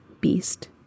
beast